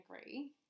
agree